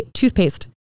toothpaste